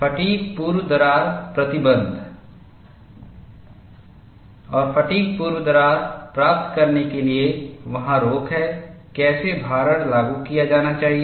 fatigue पूर्व दरार प्रतिबंध और फ़ैटिग् पूर्व दरार प्राप्त करने के लिए वहां रोक हैं कैसे भारण लागू किया जाना चाहिए